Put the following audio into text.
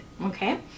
Okay